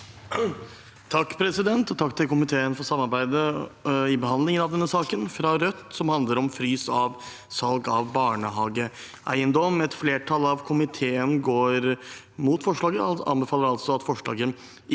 sa- ken): Takk til komiteen for samarbeidet ved behandlingen av denne saken fra Rødt, som handler om frys av salg av barnehageeiendom. Et flertall i komiteen går imot forslaget og anbefaler altså at forslaget